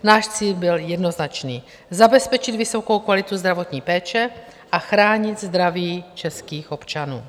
Náš cíl byl jednoznačný zabezpečit vysokou kvalitu zdravotní péče a chránit zdraví českých občanů.